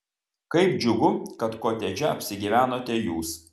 kaip džiugu kad kotedže apsigyvenote jūs